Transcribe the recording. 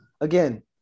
again